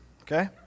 okay